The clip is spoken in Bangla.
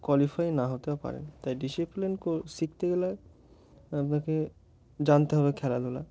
কোয়ালিফাই না হতেও পারেন তাই ডিসিপ্লিন কো শিখতে গেলে আপনাকে জানতে হবে খেলাধুলা